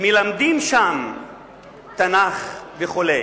מלמדים שם תנ"ך וכו'.